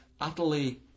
utterly